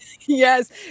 Yes